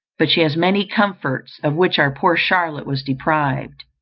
but she has many comforts of which our poor charlotte was deprived.